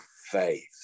faith